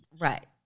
right